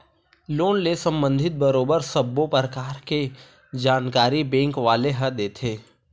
loan ले संबंधित बरोबर सब्बो परकार के जानकारी बेंक वाले ह देथे